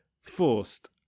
Forced